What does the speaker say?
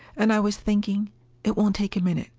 and i was thinking it won't take a minute.